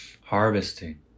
harvesting